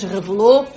Revelou